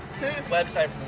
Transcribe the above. Website